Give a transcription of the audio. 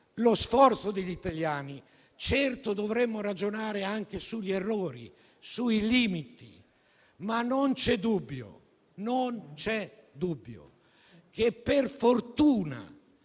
lo sforzo degli italiani. Certo, dovremmo ragionare anche sugli errori e sui limiti. Non c'è dubbio, però, che, per fortuna,